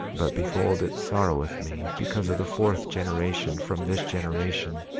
but behold, it sorroweth me because of the fourth generation from this generation,